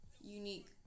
unique